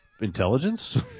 intelligence